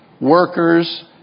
workers